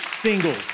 singles